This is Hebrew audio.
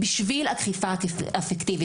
בשביל אכיפה אפקטיבית.